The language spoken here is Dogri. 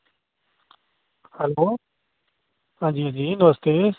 हैलो हां जी हां जी नमस्ते